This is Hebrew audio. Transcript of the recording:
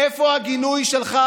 איפה הגינוי שלך,